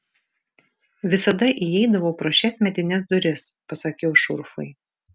visada įeidavau pro šias medines duris pasakiau šurfui